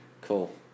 Cool